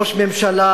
ראש ממשלה